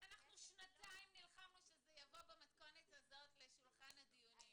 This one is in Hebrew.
אנחנו שנתיים נלחמנו שזה יבוא במתכונת הזו לשולחן הדיונים.